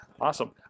awesome